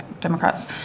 Democrats